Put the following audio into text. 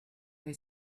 they